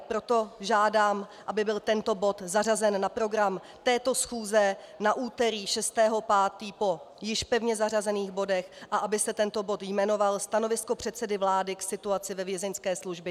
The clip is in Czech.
Proto žádám, aby byl tento bod zařazen na program této schůze na úterý 6. 5. po již pevně zařazených bodech a aby se tento bod jmenoval Stanovisko předsedy vlády k situaci ve Vězeňské službě.